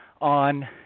on